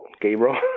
Gabriel